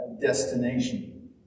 destination